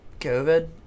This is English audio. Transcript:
COVID